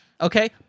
Okay